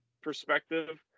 perspective